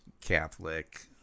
Catholic